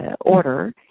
order